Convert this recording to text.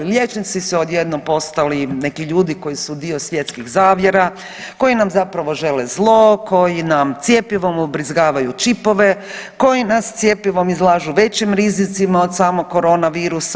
Liječnici su odjednom postali neki ljudi koji su dio svjetskih zavjera, koji nam zapravo žele zlo, koji nam cjepivom ubrizgavaju čipove, koji nas cjepivom izlažu većim rizicima od samog korona virusa.